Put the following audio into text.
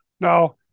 Now